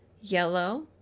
Yellow